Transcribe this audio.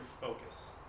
focus